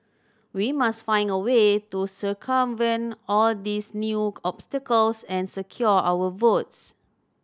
we must find a way to circumvent all these new obstacles and secure our votes